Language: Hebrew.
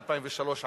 2003,